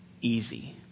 easy